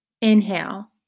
inhale